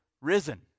risen